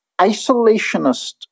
isolationist